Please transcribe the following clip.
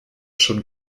schon